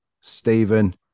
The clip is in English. Stephen